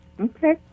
Okay